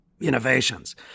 innovations